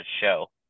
show